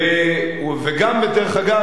וגם, דרך אגב,